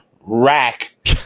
rack